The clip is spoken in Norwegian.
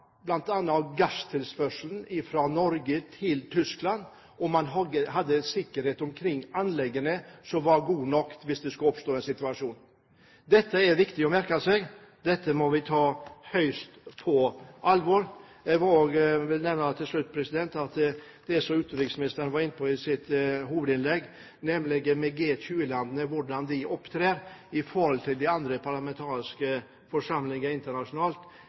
fra Norge til Tyskland var sikret, og om man hadde god nok sikkerhet rundt anleggene hvis det skulle oppstå en situasjon. Dette er viktig å merke seg, og dette må vi ta høyst på alvor. Til slutt vil jeg nevne det som utenriksministeren var inne på i sitt hovedinnlegg, hvordan G20-landene opptrer i forhold til de andre parlamentariske forsamlingene internasjonalt.